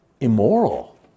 immoral